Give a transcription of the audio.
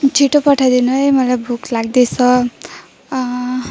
छिटो पठाइदिनु है मलाई भोक लाग्दैछ